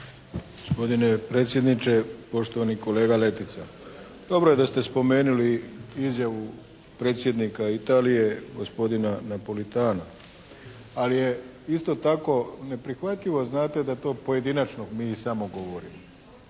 Gospodine predsjedniče! Poštovani kolega Letica, dobro je da ste spomenuli izjavu Predsjednika Italije gospodina Napolitana. Ali je isto tako neprihvatljivo znate da mi to pojedinačno mi samo i govorimo.